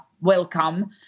welcome